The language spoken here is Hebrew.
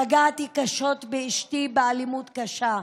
פגעתי קשות באשתי, באלימות קשה: